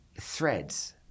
threads